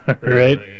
Right